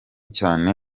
cyane